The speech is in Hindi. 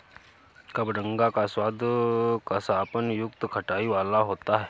कबडंगा का स्वाद कसापन युक्त खटाई वाला होता है